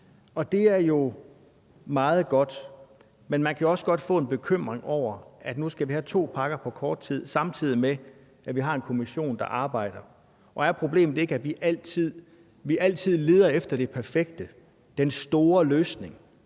Og det er jo meget godt, men man kan også godt få en bekymring over, at nu skal vi have to pakker på kort tid, samtidig med at vi har en kommission, der arbejder. Er problemet ikke, at vi altid leder efter det perfekte, den store løsning?